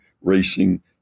racing